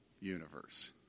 universe